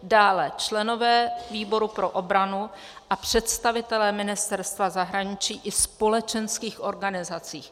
dále členové výboru pro obranu a představitelé ministerstva zahraničí i společenských organizací.